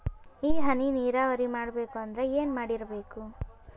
ಈ ಹನಿ ನೀರಾವರಿ ಮಾಡಬೇಕು ಅಂದ್ರ ಏನ್ ಮಾಡಿರಬೇಕು?